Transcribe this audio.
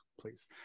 please